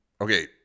Okay